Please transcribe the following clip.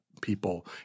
people